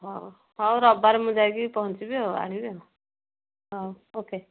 ହଉ ହଉ ରବିବାରରେ ମୁଁ ଯାଇକି ପହଞ୍ଚିବି ଆଉ ଆଣିବି ଆଉ ହଉ ଓ କେ